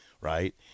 right